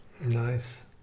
Nice